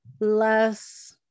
Less